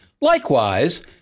Likewise